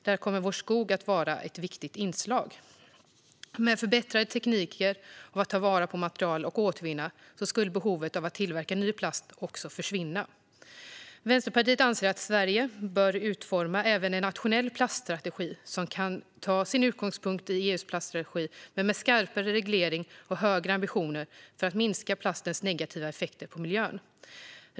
Där kommer vår skog att vara ett viktigt inslag. Med förbättrade tekniker för att ta vara på material och återvinna det skulle behovet att tillverka ny plast också försvinna. Vänsterpartiet anser att Sverige bör utforma även en nationell plaststrategi som kan ta sin utgångspunkt i EU:s plaststrategi men med skarpare reglering och högre ambitioner för att minska plastens negativa effekter på miljön.